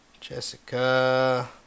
Jessica